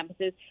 campuses